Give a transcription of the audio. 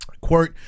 quote